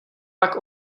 pak